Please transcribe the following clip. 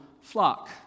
flock